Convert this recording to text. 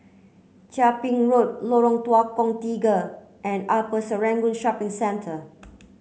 Chia Ping Road Lorong Tukang Tiga and Upper Serangoon Shopping Centre